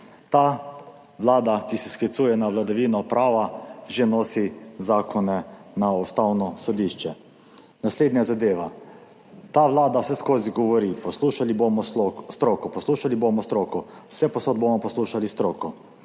Ta vlada, ki se sklicuje na vladavino prava, že nosi zakone na ustavno sodišče. Naslednja zadeva. Ta vlada vseskozi govori, poslušali bomo stroko, poslušali bomo stroko, vsepovsod bomo poslušali stroko,